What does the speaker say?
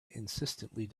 insistently